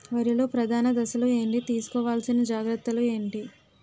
వరిలో ప్రధాన దశలు ఏంటి? తీసుకోవాల్సిన జాగ్రత్తలు ఏంటి?